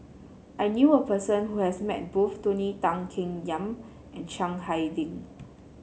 I knew a person who has met both Tony Tan Keng Yam and Chiang Hai Ding